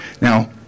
Now